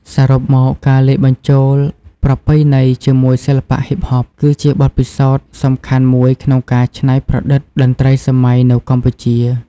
សរុបមក ការលាយបញ្ចូលប្រពៃណីជាមួយសិល្បៈហ៊ីបហប គឺជាបទពិសោធន៍សំខាន់មួយក្នុងការច្នៃប្រឌិតតន្ត្រីសម័យថ្មីនៅកម្ពុជា។